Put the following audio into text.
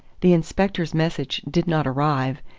the inspector's message did not arrive,